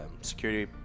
security